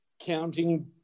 counting